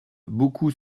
beaucoup